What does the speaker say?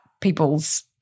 people's